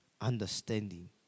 understanding